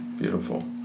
beautiful